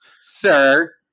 sir